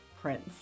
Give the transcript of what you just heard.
Prince